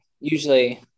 usually